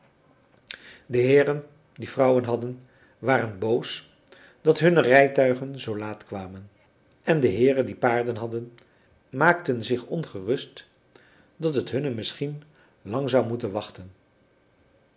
de heeren die vrouwen hadden waren boos dat hunne rijtuigen zoo laat kwamen en de heeren die paarden hadden maakten zich ongerust dat het hunne misschien lang zou moeten wachten